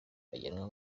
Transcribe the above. ajyanwa